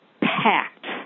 packed